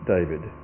David